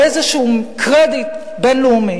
או איזה קרדיט בין-לאומי.